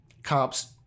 Cops